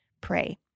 pray